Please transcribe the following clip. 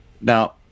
Now